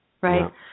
Right